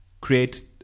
create